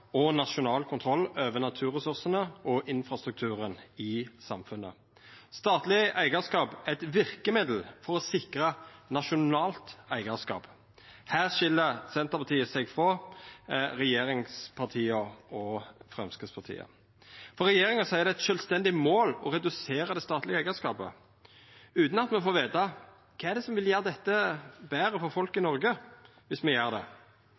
og nasjonal kontroll over naturressursane og infrastrukturen i samfunnet. Statleg eigarskap er eit verkemiddel for å sikra nasjonalt eigarskap. Her skil Senterpartiet seg frå regjeringspartia og Framstegspartiet, for regjeringa seier det er eit sjølvstendig mål å redusera det statlege eigarskapet, utan at me får veta kva det er som vil verta betre for folk i Noreg viss me gjer det.